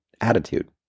attitude